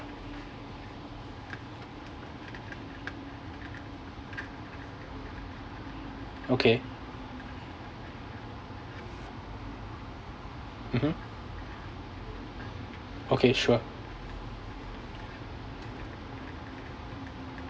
okay mmhmm okay sure